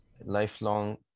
lifelong